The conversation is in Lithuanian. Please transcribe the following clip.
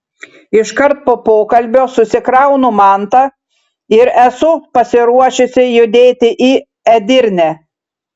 iškart po pokalbio susikraunu mantą ir esu pasiruošusi judėti į edirnę